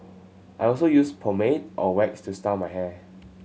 I also use pomade or wax to style my hair